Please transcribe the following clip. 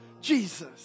Jesus